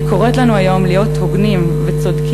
אני קוראת לנו היום להיות הוגנים וצודקים,